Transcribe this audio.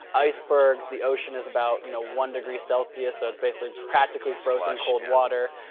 ice bergs, the ocean is about you know one degree celsius, so it's basically practically frozen cold water.